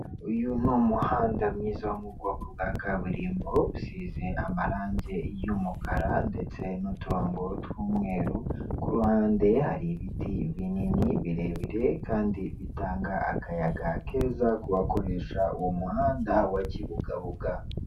Uyu ni umuhanda mwiza wo mu bwoko bwa kaburimbo usize amarange y'umukara ndetse n'uturongo tw'umweru, ku ruhande hari ibiti binini birebire kandi bitanga akayaga keza ku bakoresha uwo muhanda wa Kibugabuga.